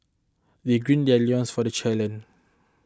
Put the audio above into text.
they gird their loins for the challenge